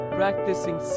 practicing